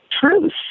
truth